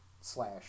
slash